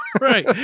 Right